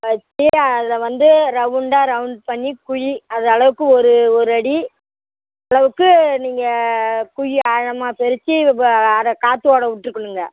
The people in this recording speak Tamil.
வெச்சு அதில் வந்து ரவுண்டாக ரவுண்ட் பண்ணி குழி அது அளவுக்கு ஒரு ஒரு அடி அளவுக்கு நீங்கள் குழியை ஆழமாக பறிச்சி ப அதை காற்று ஓட விட்ருக்குணுங்க